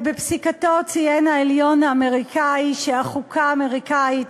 בפסיקתו ציין העליון האמריקני שהחוקה האמריקנית